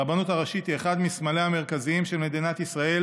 הרבנות הראשית היא אחד מסמליה המרכזיים של מדינת ישראל